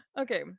Okay